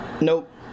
Nope